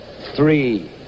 three